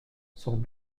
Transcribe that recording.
sont